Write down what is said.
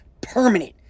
permanent